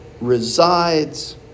resides